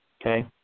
Okay